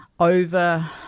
Over